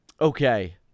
Okay